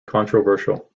controversial